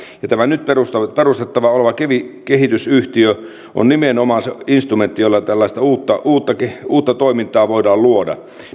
tämä nyt perustettava kehitysyhtiö on nimenomaan se instrumentti jolla tällaista uutta toimintaa voidaan luoda